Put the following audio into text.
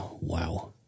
wow